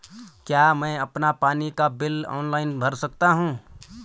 क्या मैं अपना पानी का बिल ऑनलाइन भर सकता हूँ?